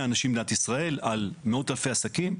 אנשים במדינת ישראל ועל מאות אלפי עסקים,